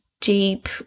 deep